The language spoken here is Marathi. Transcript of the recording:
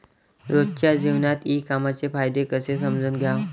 रोजच्या जीवनात ई कामर्सचे फायदे कसे समजून घ्याव?